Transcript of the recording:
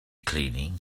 cleaning